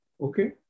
Okay